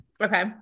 okay